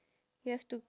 you have to